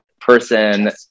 person